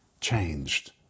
changed